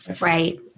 Right